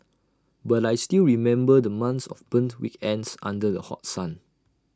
but I still remember the months of burnt weekends under the hot sun